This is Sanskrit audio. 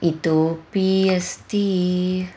इतोऽपि अस्ति